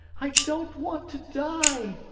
i don't want to die!